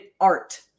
art